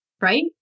right